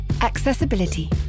Accessibility